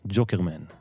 Jokerman